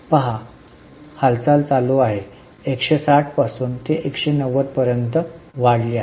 पहा चळवळ चालू आहे 160 पासून ती 190 पर्यंत वाढली आहे